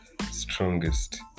strongest